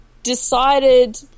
decided